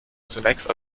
zunächst